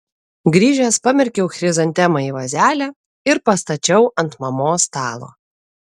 grįžęs pamerkiau chrizantemą į vazelę ir pastačiau ant mamos stalo